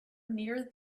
near